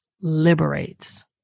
liberates